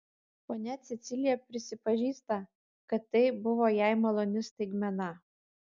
ponia cecilija prisipažįsta kad tai buvo jai maloni staigmena